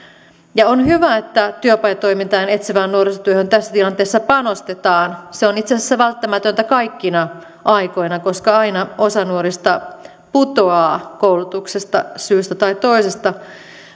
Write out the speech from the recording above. ja on hyvä että työpajatoimintaan ja etsivään nuorisotyöhön tässä tilanteessa panostetaan se on itse asiassa välttämätöntä kaikkina aikoina koska aina osa nuorista putoaa koulutuksesta syystä tai toisesta